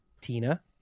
tina